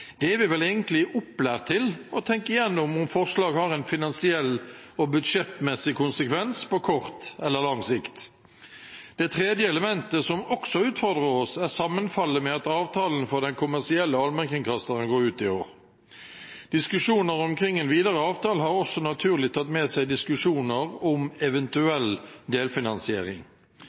Vi er vel egentlig opplært til å tenke igjennom om forslag har en finansiell og budsjettmessig konsekvens på kort eller lang sikt. Det tredje elementet som også utfordrer oss, er sammenfallet med at avtalen for den kommersielle allmennkringkasteren går ut i år. Diskusjoner omkring en videre avtale har også naturlig tatt med seg diskusjoner om eventuell delfinansiering.